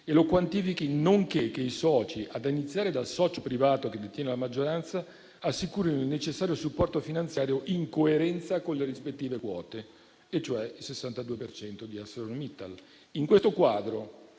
e lo quantifichi, nonché che i soci, ad iniziare dal socio privato che detiene la maggioranza, assicurino il necessario supporto finanziario in coerenza con le rispettive quote, e cioè il 62 per cento di ArcelorMittal. In questo quadro